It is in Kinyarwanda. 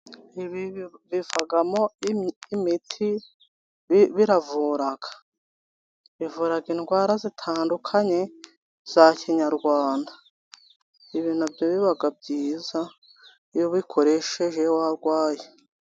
Ibi bivamo imiti biravura, bivura indwara zitandukanye za kinyarwanda, ibintu na byo biba byiza, iyo ubikoresheje warwaye.